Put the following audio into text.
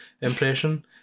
impression